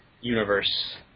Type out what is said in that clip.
universe